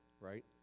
right